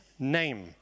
name